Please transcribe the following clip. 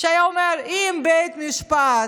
שהיה אומר: אם בית משפט